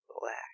black